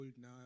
now